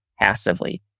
passively